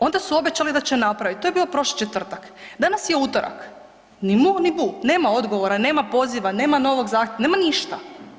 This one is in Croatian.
Onda su obećali da će napraviti, to je bilo u prošli četvrtak, danas je utorak, ni mu ni bu, nema odgovora, nema poziva, nema novog zahtjeva, nema ništa.